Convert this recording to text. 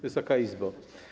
Wysoka Izbo!